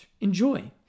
enjoy